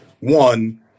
one